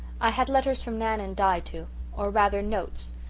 i had letters from nan and di too or rather notes.